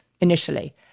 initially